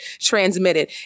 transmitted